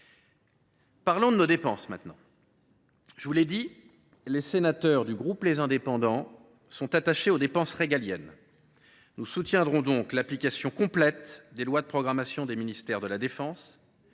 maintenant aux dépenses. Comme je l’ai indiqué, les sénateurs du groupe Les Indépendants sont attachés aux dépenses régaliennes ; nous soutiendrons donc l’application complète des lois de programmation des ministères de la défense,